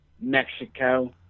Mexico